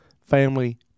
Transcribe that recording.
family